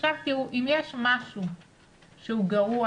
אם יש משהו שהוא גרוע